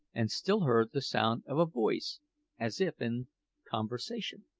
and still heard the sound of a voice as if in conversation.